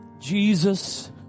Jesus